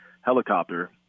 helicopter